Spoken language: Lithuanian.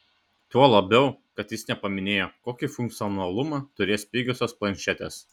tuo labiau kad jis nepaminėjo kokį funkcionalumą turės pigiosios planšetės